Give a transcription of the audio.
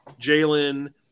Jalen